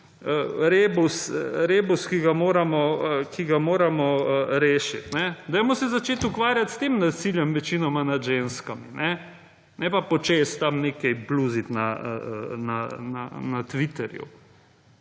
rebus, ki ga moramo rešiti. Dajmo se začeti ukvarjati s tem nasiljem večinoma nad ženskami ne pa po čez bluziti na Twitterju.